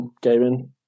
gaming